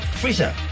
freezer